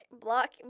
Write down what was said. block